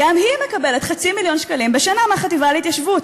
גם היא מקבלת חצי מיליון שקלים בשנה מהחטיבה להתיישבות.